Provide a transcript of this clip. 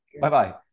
bye-bye